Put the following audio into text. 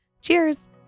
Cheers